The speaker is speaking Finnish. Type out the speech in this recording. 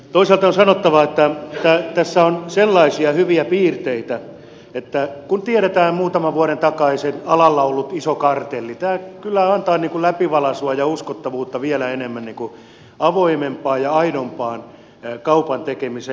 toisaalta on sanottava että tässä on sellaisia hyviä piirteitä että kun tiedetään muutaman vuoden takainen alalla ollut iso kartelli tämä kyllä antaa läpivalaisua ja uskottavuutta vielä enemmän avoimempaan ja aidompaan kaupan tekemiseen